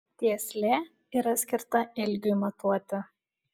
tieslė yra skirta ilgiui matuoti